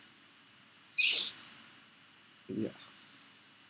oh ya